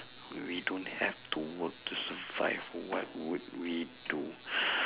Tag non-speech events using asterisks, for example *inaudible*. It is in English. we don't have to work to survive what would we do *breath*